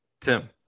Tim